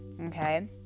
okay